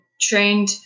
trained